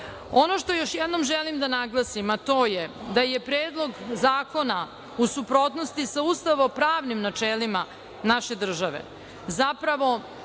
što joj jednom želim da naglasim je da je Predlog zakona u suprotnosti sa ustavno-pravnim načelima naše države.